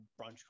brunch